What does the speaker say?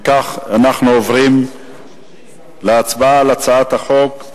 אם כך, אנחנו עוברים להצבעה על הצעת החוק,